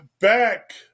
back